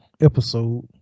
episode